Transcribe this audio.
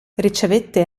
ricevette